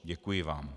Děkuji vám.